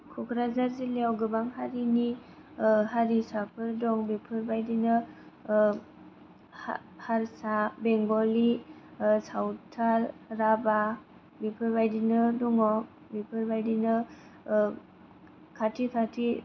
क'क्राझार जिल्लायाव गोबां हारिनि हारिसाफोर दं बेफोरबायदिनो हा हारसा बेंगलि सावथाल राभा बेफोरबायदिनो दङ बेफोरबायदिनो खाथि खाथि